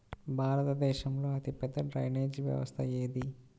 భారతదేశంలో అతిపెద్ద డ్రైనేజీ వ్యవస్థ ఏది?